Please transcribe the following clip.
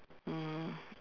mm